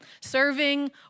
Serving